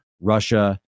Russia